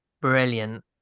brilliant